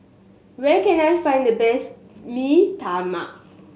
where can I find the best Mee Tai Mak